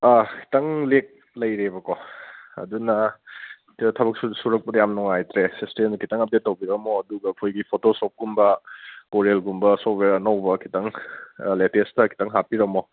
ꯑꯥ ꯈꯤꯇꯪ ꯂꯦꯒ ꯂꯩꯔꯦꯕꯀꯣ ꯑꯗꯨꯅ ꯊꯕꯛ ꯁꯨꯔꯛꯄꯗ ꯌꯥꯝ ꯅꯨꯡꯉꯥꯏꯇ꯭ꯔꯦ ꯁꯤꯁꯇꯦꯝꯁꯦ ꯈꯖꯤꯛꯇꯪ ꯑꯞꯗꯦꯗ ꯇꯧꯕꯤꯔꯝꯃꯣ ꯑꯗꯨꯒ ꯑꯩꯈꯣꯏꯒꯤ ꯐꯣꯇꯣꯁꯣꯞꯀꯨꯝꯕ ꯀꯣꯔꯦꯜꯒꯨꯝꯕ ꯁꯣꯐꯋꯦꯌꯥꯔ ꯑꯅꯧꯕ ꯈꯤꯇꯪ ꯑꯥ ꯂꯦꯇꯦꯁꯇ ꯈꯤꯇꯪ ꯍꯥꯞꯄꯤꯔꯝꯃꯣ